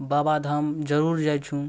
बाबाधाम जरूर जाइ छी